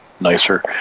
nicer